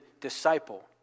disciple